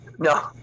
No